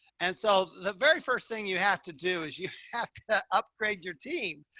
and so the very first thing you have to do is you have to upgrade your team,